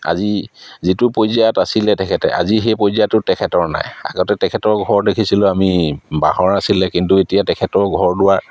আজি যিটো পৰ্যায়ত আছিলে তেখেতে আজি সেই পৰ্যায়টোৰ তেখেতৰ নাই আগতে তেখেতৰ ঘৰ দেখিছিলোঁ আমি বাঁহৰ আছিলে কিন্তু এতিয়া তেখেতৰ ঘৰ দুৱাৰ